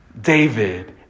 David